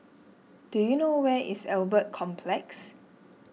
do you know where is Albert Complex